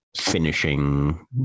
finishing